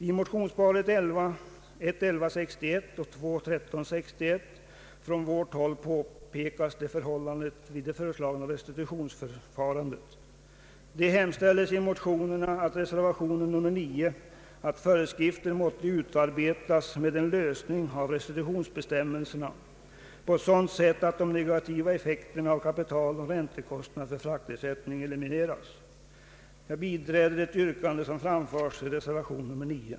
I motionsparet I: 1161 och II: 1361 från vårt håll pekas på det föreslagna restitutionsförfarandet. Det hemställes i motionerna och reservation 9 att föreskrifter måtte utarbetas med en utformning av restitutionsbestämmelserna på sådant sätt att de negativa effekterna av kapitaloch räntekostnad för fraktersättning elimineras. Jag biträder det yrkande som framföres i reservation 9.